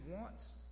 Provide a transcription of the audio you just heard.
wants